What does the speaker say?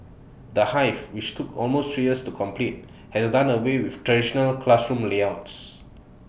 the hive which took almost three years to complete has done away with traditional classroom layouts